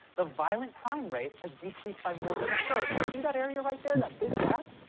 the violent crime rate has decreased by more than a third. you see that area right there, that big gap?